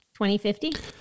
2050